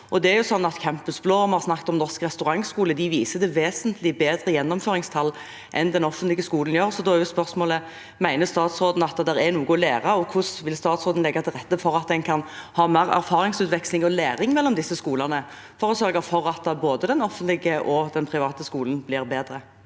snakket om, viser til vesentlig bedre gjennomføringstall enn den offentlige skolen gjør. Da er spørsmålene: Mener statsråden at det er noe å lære? Og hvordan vil statsråden legge til rette for at en kan ha mer erfaringsutveksling og læring mellom disse skolene, for å sørge for at både den offentlige og den private skolen blir bedre?